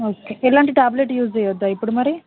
okay ఎలాంటి tablet use చేయవద్దా ఇప్పుడు మరి